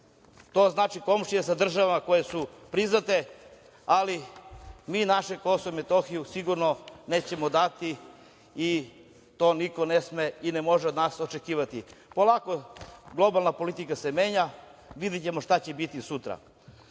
to znači komšije sa državama koje su priznate, ali mi naše Kosovo i Metohiju sigurno nećemo dati i to niko ne sme i ne može od nas očekivati. Polako, globalna politika se menja, videćemo šta će biti sutra.